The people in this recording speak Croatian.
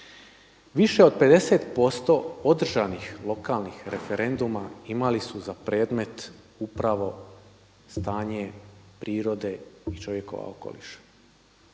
Više od 50% održanih lokalnih referenduma imali su za predmet upravo stanje prirode i čovjekova okoliša.